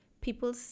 people